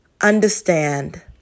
understand